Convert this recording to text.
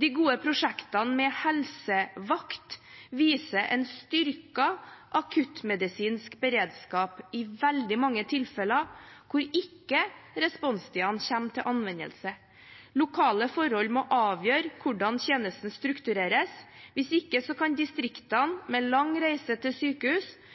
De gode prosjektene med helsevakt viser en styrket akuttmedisinsk beredskap i veldig mange tilfeller der responstiden ikke kommer til anvendelse. Lokale forhold må avgjøre hvordan tjenesten struktureres. Hvis ikke kan distriktene med lang reise til sykehus